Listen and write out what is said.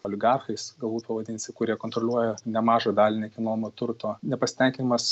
oligarchais galbūt pavadinsi kurie kontroliuoja nemažą dalį nekilnojamo turto nepasitenkinimas